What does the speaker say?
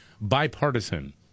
bipartisan